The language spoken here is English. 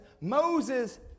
Moses